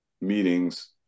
meetings